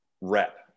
rep